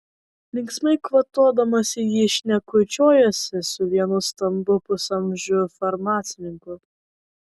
linksmai kvatodamasi jį šnekučiuojasi su vienu stambiu pusamžiu farmacininku